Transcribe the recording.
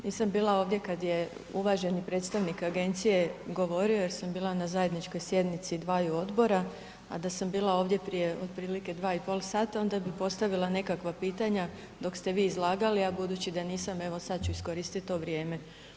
Nisam bila ovdje kad je uvaženi predstavnik agencije govorio jer sam bila na zajedničkoj sjednici dvaju odbora, a da sam bila ovdje prije otprilike 2,5 sata onda bih postavila nekakva pitanja dok ste vi izlagali, a budući da nisam evo sad ću iskoristiti to vrijeme.